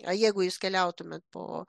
o jeigu jūs keliautumėt po